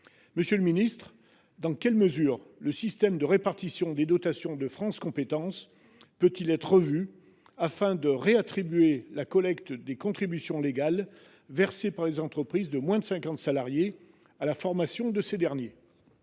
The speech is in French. ressources financières. Dans quelle mesure le système de répartition des dotations de France Compétences peut il être revu afin de réattribuer la collecte des contributions légales versées par les entreprises de moins de cinquante salariés à la formation de ces derniers ?